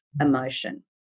emotion